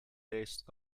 tastes